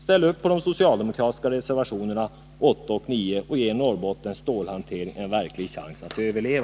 Ställ upp på de socialdemokratiska reservationerna 8 och 9 och ge Norrbottens stålhantering en verklig chans att överleva!